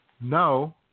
no